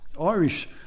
Irish